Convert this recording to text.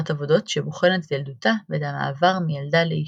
עבודות שבוחנת את ילדותה ואת המעבר מילדה לאישה.